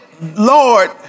Lord